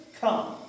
come